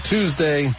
Tuesday